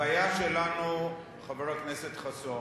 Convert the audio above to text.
הבעיה שלנו, חבר הכנסת חסון,